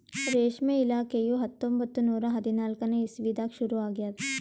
ರೇಷ್ಮೆ ಇಲಾಖೆಯು ಹತ್ತೊಂಬತ್ತು ನೂರಾ ಹದಿನಾಲ್ಕನೇ ಇಸ್ವಿದಾಗ ಶುರು ಆಗ್ಯದ್